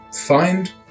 find